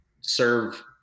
serve